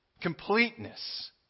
completeness